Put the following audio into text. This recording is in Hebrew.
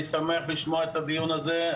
אני שמח לשמוע את הדיון הזה,